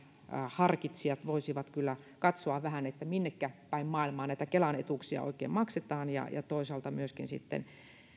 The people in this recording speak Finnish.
harkitsijat voisivat kyllä katsoa vähän minnekäpäin maailmaa kelan etuuksia oikein maksetaan ja ja toisaalta myöskin sitten